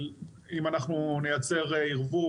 אבל אם אנחנו נייצר ערבוב,